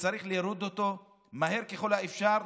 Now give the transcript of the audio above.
שצריך להוריד אותו מהר ככל האפשר,